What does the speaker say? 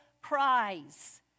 Prize